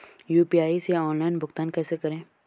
UPI से online भुगतान कैसे करें?